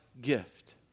gift